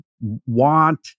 want